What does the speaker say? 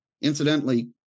Incidentally